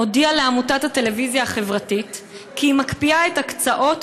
הודיעה לעמותת הטלוויזיה החברתית כי היא מקפיאה את הקצאות